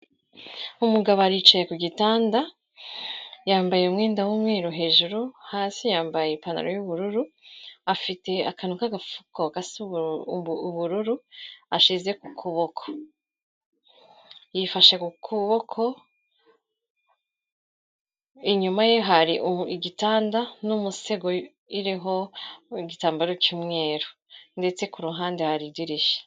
Umugabo aricaye ku gitanda, yambaye umwenda w'umweru hejuru, hasi yambaye ipantaro y'ubururu, afite akantu k'agapfuko gasa ubururu ashyize ku kuboko, yifashe ku kuboko, inyuma ye hari igitanda n'umusego uriho igitambaro cy'umweru, ndetse ku ruhande hari idirishya.